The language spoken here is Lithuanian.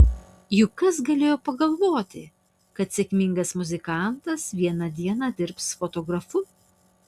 juk kas galėjo pagalvoti kad sėkmingas muzikantas vieną dieną dirbs fotografu